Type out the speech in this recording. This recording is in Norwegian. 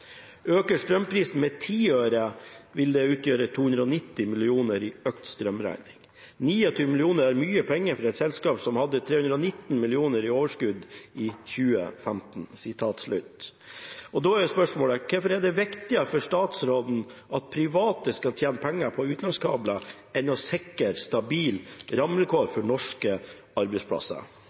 Øker strømprisen med 10 øre vil det utgjøre 290 millioner i økt strømregning. 290 millioner er mye penger for et selskap som hadde 319 millioner i overskudd i 2015.» Hvorfor er det viktigere for statsrådene at private skal tjene penger på utenlandskabler enn å sikre stabile rammevilkår for norske arbeidsplasser?»